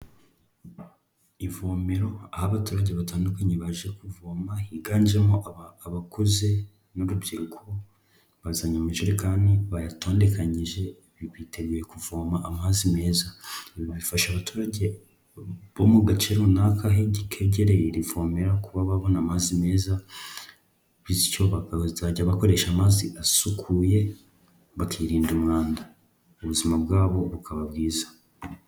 Ivomero aho abaturage batandukanye baje kuvoma higanjemo abakuze n'urubyiruko bazanye amajerekani bayatondekanyije, biteguye kuvoma amazi meza. Nyuma bifasha abaturage bo mu gace runaka kegereye iri vomero kuba babona amazi meza bityo bazajya bakoresha amazi asukuye bakirinda umwanda, ubuzima bwabo bukaba bwiza.